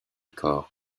corps